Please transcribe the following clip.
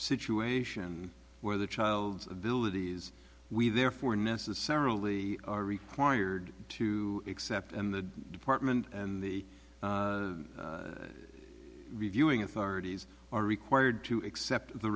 situation where the child's abilities we therefore necessarily are required to accept and the department and the reviewing authorities are required to accept the